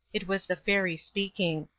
it was the fairy speaking.